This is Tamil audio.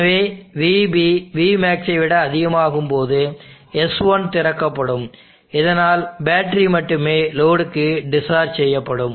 எனவே vB vmaxஐ விட அதிகமாகும் போது S1 திறக்கப்படும் இதனால் பேட்டரி மட்டுமே லோடுக்கு டிஸ்சார்ஜ் செய்யப்படும்